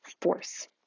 force